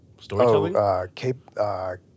Storytelling